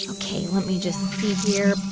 ok. let me just see here.